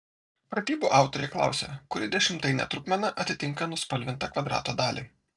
pratybų autoriai klausia kuri dešimtainė trupmena atitinka nuspalvintą kvadrato dalį